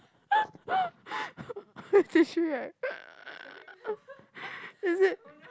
fifty three right is it